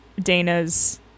Dana's